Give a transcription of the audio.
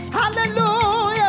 hallelujah